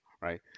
right